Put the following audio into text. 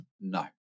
no